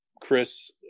Chris